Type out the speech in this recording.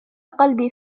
قلبي